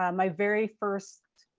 um my very first,